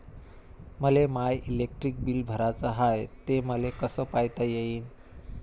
मले my electric bill भराचं हाय, ते मले कस पायता येईन?